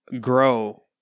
grow